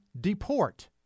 deport